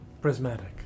Prismatic